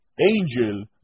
angel